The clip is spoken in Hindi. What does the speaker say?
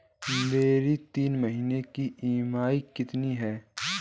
मेरी तीन महीने की ईएमआई कितनी है?